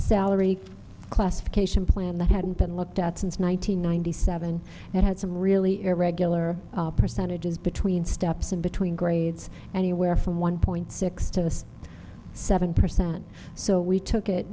salary classification plan that hadn't been looked at since one nine hundred ninety seven that had some really irregular percentages between steps and between grades anywhere from one point six to seven percent so we took it